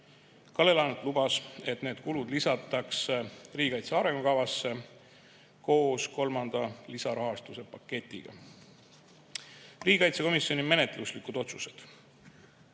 Kalle Laanet lubas, et need kulud lisatakse riigikaitse arengukavasse koos kolmanda lisarahastuse paketiga. Riigikaitsekomisjoni menetluslikud otsused.